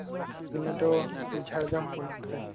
ᱱᱤᱭᱟᱹ ᱫᱚ ᱡᱷᱟᱲᱜᱨᱟᱢ ᱦᱚᱱᱚᱛ ᱨᱮ